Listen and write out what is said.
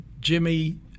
Jimmy